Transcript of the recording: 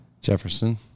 Jefferson